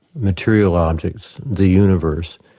material logics, the universe,